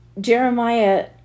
Jeremiah